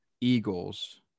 Eagles